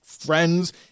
friends